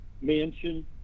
Mansion